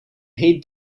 hate